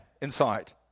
inside